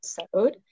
episode